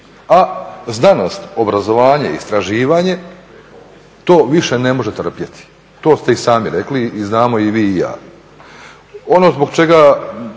A znanost, obrazovanje, istraživanje to više ne može trpjeti, to ste i sami rekli i znamo i vi i ja. Ono zbog čega,